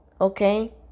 okay